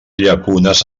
llacunes